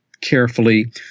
carefully